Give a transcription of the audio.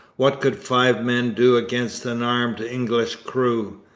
what could five men do against an armed english crew?